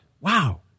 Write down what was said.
Wow